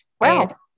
Wow